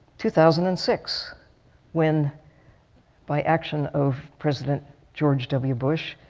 two thousand and six when by action of president george w. bush